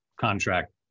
contract